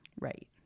Right